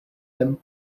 him